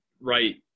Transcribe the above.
right